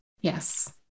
Yes